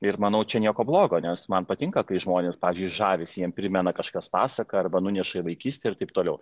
ir manau čia nieko blogo nes man patinka kai žmonės pavyzdžiui žavisi jiem primena kažkas pasaką arba nuneša į vaikystę ir taip toliau